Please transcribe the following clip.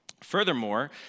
Furthermore